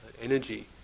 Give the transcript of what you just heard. energy